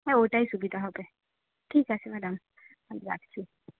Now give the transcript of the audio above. হ্যাঁ ওটাই সুবিধা হবে ঠিক আছে ম্যাডাম আমি রাখছি